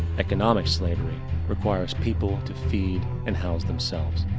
economic slavery requires people to feed and house themselves.